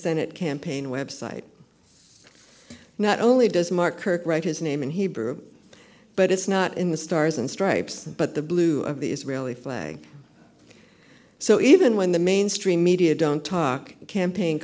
senate campaign website not only does mark kirk write his name in hebrew but it's not in the stars and stripes but the blue of the israeli flag so even when the mainstream media don't talk campaign